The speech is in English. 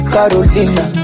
Carolina